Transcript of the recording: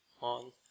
on